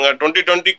2020